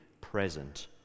present